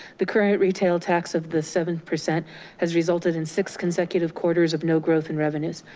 the current retail tax of the seven percent has resulted in six consecutive quarters of no growth in revenues.